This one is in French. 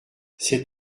cet